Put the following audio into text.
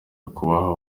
kubaha